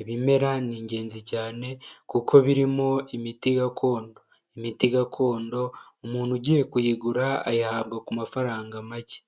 ibimera ni ingenzi cyane kuko birimo imiti gakondo, imiti gakondo umuntu ugiye kuyigura ayihabwa ku mafaranga make.